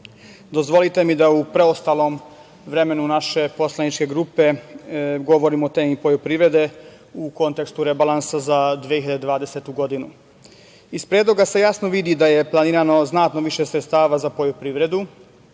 redu. Dozvolite mi da u preostalom vremenu naše poslaničke grupe govorim o temi poljoprivrede, u kontekstu rebalansa za 2020. godinu. Iz Predloga se jasno vidi da je planirano znatno više sredstava za poljoprivredu.